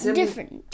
different